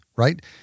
right